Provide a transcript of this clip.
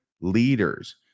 leaders